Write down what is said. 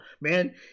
man